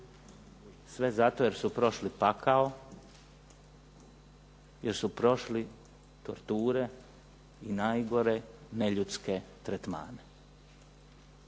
sve zato jer su prošli pakao, jer su prošli torture i najgore neljudske tretmane.